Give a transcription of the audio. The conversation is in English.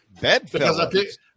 Bedfellows